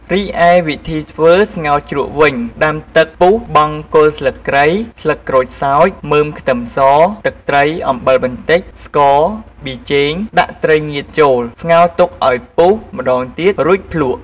រីឯវិធីធ្វើស្ងោរជ្រក់វិញដាំទឹកពុះបង់គល់ស្លឹកគ្រៃ ស្លឹកក្រូចសើច មើមខ្ទឹមស ទឹកត្រី អំបិលបន្តិច ស្ករ ប៊ីចេង ដាក់ត្រីងៀតចូល ស្ងោទុកឱ្យពុះម្ដងទៀតរួចភ្លក់។